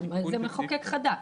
הרי זה מחוקק חדש.